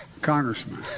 Congressman